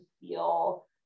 feel